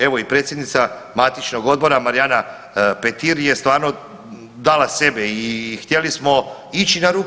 Evo i predsjednica matičnog odbora Marijana Petir je stvarno dala sebe i htjeli smo ići na ruku.